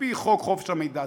על-פי חוק חופש המידע.